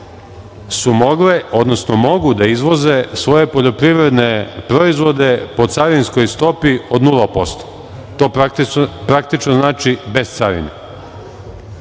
egipatsko tržište mogu da izvoze svoje poljoprivredne proizvode po carinskoj stopi od 0%. To praktično znači bez carine.Zašto